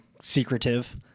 secretive